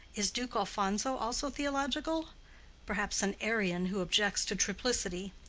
is duke alphonso also theological perhaps an arian who objects to triplicity.